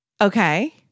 Okay